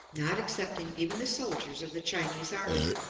not excepting even the soldiers of the chinese army.